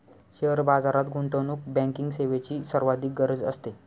share बाजारात गुंतवणूक banking सेवेची सर्वाधिक गरज असते